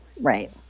Right